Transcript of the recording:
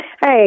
Hey